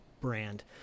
brand